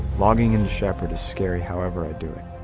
logging into shepherd is scary however i do it.